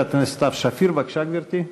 חברת הכנסת סתיו שפיר, בבקשה, גברתי.